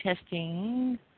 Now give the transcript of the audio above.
testing